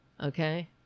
Okay